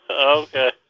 okay